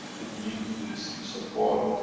it means we receive support,